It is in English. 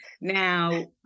now